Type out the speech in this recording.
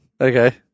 okay